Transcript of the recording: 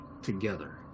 together